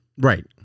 Right